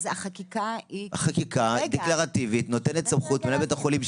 החקיקה היא דקלרטיבית ונותנת סמכות למנהל בית החולים.